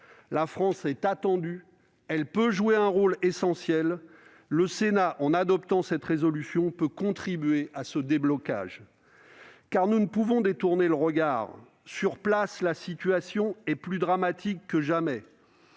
La France est attendue. Elle peut jouer un rôle essentiel. Le Sénat, en adoptant cette résolution, peut contribuer à ce déblocage. Car nous ne pouvons détourner le regard. Sur place, la situation est plus dramatique que jamais.